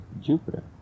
Jupiter